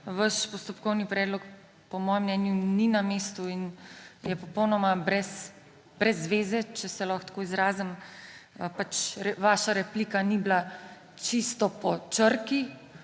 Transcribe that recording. Vaš postopkovni predlog po mojem mnenju ni na mestu in je popolnoma brez zveze, če se lahko tako izrazim. Pač vaša replika ni bila čisto po črki